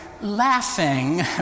laughing